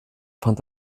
fand